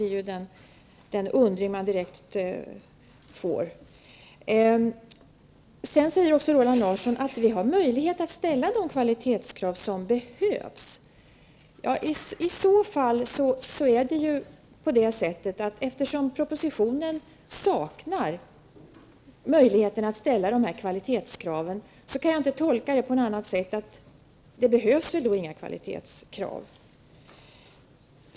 Roland Larsson sade också att vi har möjlighet att ställa de kvalitetskrav ''som behövs''. Eftersom propositionen inte ger möjlighet att ställa de kvalitetskraven, kan jag inte tolka vad Roland Larsson sade på något annat sätt än att det inte behövs några kvalitetskrav.